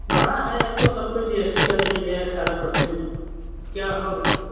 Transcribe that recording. बढ़ा है अब तो सब पर जी एस टी लग रही है अट्ठारह पससेन्ट क्या होगा फिर